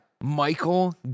Michael